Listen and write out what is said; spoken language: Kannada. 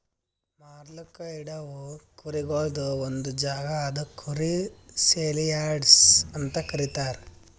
ಮಾರ್ಲುಕ್ ಇಡವು ಕುರಿಗೊಳ್ದು ಒಂದ್ ಜಾಗ ಅದುಕ್ ಕುರಿ ಸೇಲಿಯಾರ್ಡ್ಸ್ ಅಂತ ಕರೀತಾರ